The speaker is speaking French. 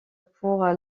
pour